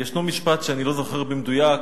ישנו משפט שאני לא זוכר במדויק